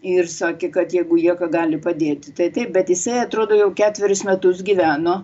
ir sakė kad jeigu jie ką gali padėti tai taip bet jisai atrodo jau ketverius metus gyveno